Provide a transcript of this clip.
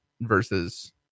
versus